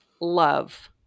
love